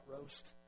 roast